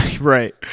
Right